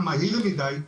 היה מהיר מידי.